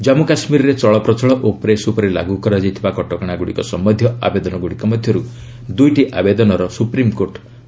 ଜନ୍ମୁ କାଶ୍ମୀରରେ ଚଳପ୍ରଚଳ ଓ ପ୍ରେସ୍ ଉପରେ ଲାଗୁ କରାଯାଇଥିବା କଟକଣାଗୁଡ଼ିକ ସମ୍ପନ୍ଧୀୟ ଆବେଦନଗୁଡ଼ିକ ମଧ୍ୟରୁ ଦୁଇଟି ଆବେଦନର ସ୍ୱପ୍ରିମ୍କୋର୍ଟ ଶ୍ରଣାଣି କରିଛନ୍ତି